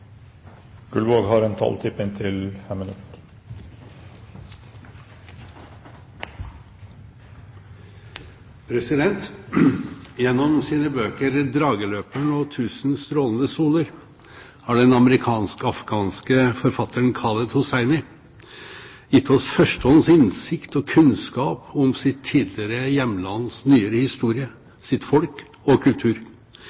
soler» har den amerikansk-afghanske forfatteren Khaled Hosseini gitt oss førstehånds innsikt og kunnskap om sitt tidligere hjemlands nyere